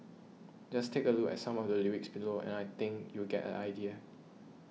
just take a look at some of the lyrics below and I think you'll get a idea